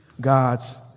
God's